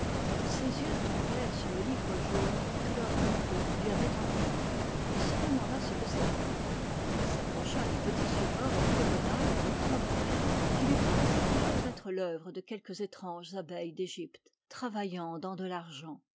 ses yeux tombèrent sur le livre jaune que lord henry lui avait envoyé il se demanda ce que c'était il s'approcha du petit support octogonal aux tons de perle qui lui paraissait toujours être l'œuvre de quelques étranges abeilles d'egypte travaillant dans de l'argent